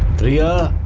riya.